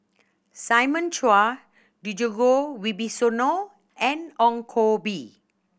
Simon Chua Djoko Wibisono and Ong Koh Bee